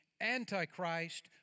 Antichrist